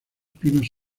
pinos